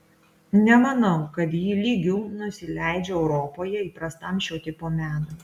nemanau kad ji lygiu nusileidžia europoje įprastam šio tipo menui